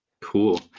Cool